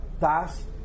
Das